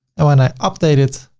and when i update it,